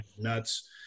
nuts